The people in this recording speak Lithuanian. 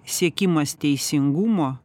siekimas teisingumo